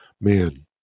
man